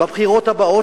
בבחירות הבאות,